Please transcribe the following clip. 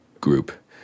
group